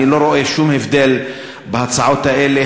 אני לא רואה שום הבדל בהצעות האלה.